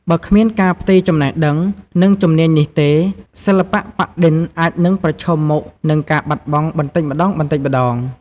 បើគ្មានការផ្ទេរចំណេះដឹង និងជំនាញនេះទេ សិល្បៈប៉ាក់-ឌិន អាចនឹងប្រឈមមុខនឹងការបាត់បង់បន្តិចម្តងៗ។